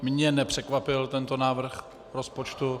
Mě nepřekvapil tento návrh rozpočtu.